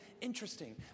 interesting